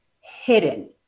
hidden